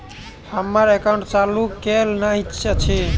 हम्मर एकाउंट चालू केल नहि अछि?